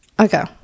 Okay